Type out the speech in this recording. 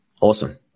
awesome